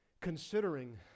considering